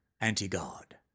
anti-God